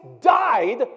died